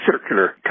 circular